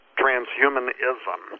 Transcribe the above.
transhumanism